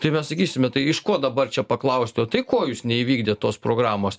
tai mes sakysime tai iš ko dabar čia paklausti o tai ko jūs neįvykdėt tos programos